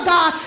God